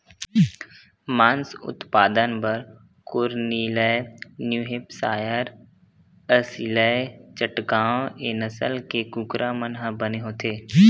मांस उत्पादन बर कोरनिलए न्यूहेपसायर, असीलए चटगाँव ए नसल के कुकरा मन ह बने होथे